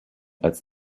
als